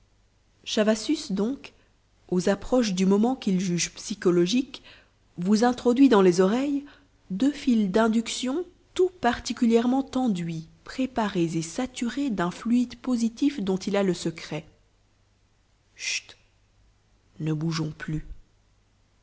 chavassus donc aux approches du moment qu'il juge psychologique vous introduit dans les oreilles deux fils d'induction tout particulièrement enduits préparés et saturés d'un fluide positif dont il a le secret chut ne bougeons plus